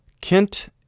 Kent